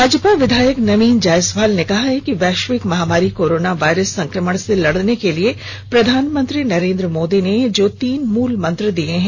भाजपा विधायक नवीन जायसवाल ने कहा है कि वैश्विक महामारी कोरोना वायरस संक्रमण से लड़ने के लिए प्रधानमंत्री नरेंद्र मोदी ने जो तीन मूल मंत्र दिया है